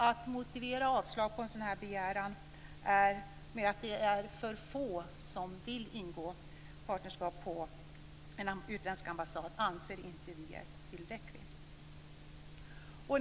Att motivera avslag på en sådan begäran med att det är för få som vill ingå partnerskap på en utländsk ambassad anser inte vi är tillräckligt.